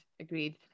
agreed